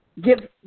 Give